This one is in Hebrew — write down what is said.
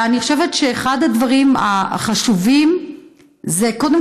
אני חושבת שאחד הדברים החשובים זה קודם